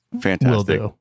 Fantastic